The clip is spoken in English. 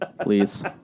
Please